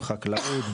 חקלאות,